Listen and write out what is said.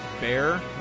Bear